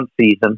season